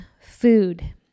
food